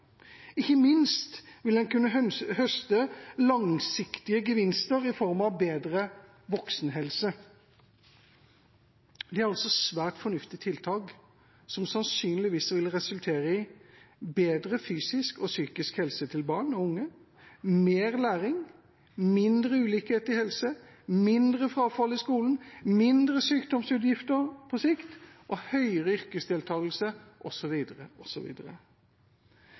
Ikke minst vil en kunne høste langsiktige gevinster i form av bedre voksenhelse. Det er altså svært fornuftige tiltak, som sannsynligvis vil resultere i bedre fysisk og psykisk helse til barn og unge, mer læring, mindre ulikhet i helse, mindre frafall i skolen, mindre sykdomsutgifter på sikt, høyere yrkesdeltakelse